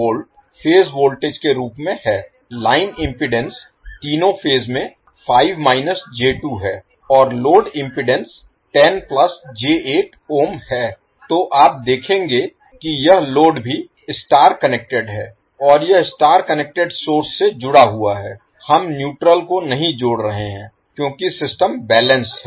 volt phase voltage के रूप में है लाइन इम्पीडेन्स तीनों फेज में 5 j2 है और लोड इम्पीडेन्स 10 j8 ओम है तो आप देखेंगे कि यह लोड भी स्टार कनेक्टेड है और यह स्टार कनेक्टेड सोर्स से जुड़ा हुआ है हम न्यूट्रल को नहीं जोड़ रहे हैं क्योंकि सिस्टम बैलेंस्ड है